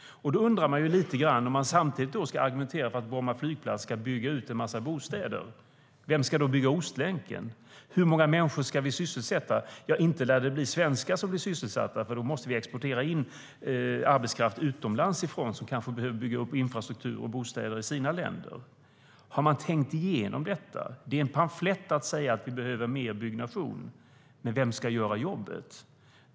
Då undrar man lite grann. Om man samtidigt ska argumentera för att bygga en massa bostäder på Bromma flygplats, vem ska då bygga Ostlänken? Hur många människor ska vi sysselsätta? Inte lär det bli svenskar som sysselsätts, utan vi måste importera arbetskraft från utlandet, som i sin tur kanske behöver bygga upp infrastruktur och bostäder i sina länder. Har man tänkt igenom detta? Det är lätt att säga att vi behöver mer byggnation. Vem ska göra jobbet?